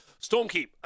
Stormkeep